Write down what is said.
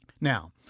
Now